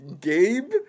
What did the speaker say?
Gabe